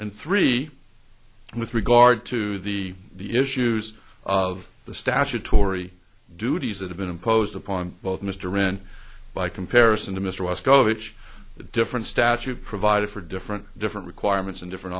and three and with regard to the the issues of the statutory duties that have been imposed upon both mr wrenn by comparison to mr westover each different statute provided for different different requirements and different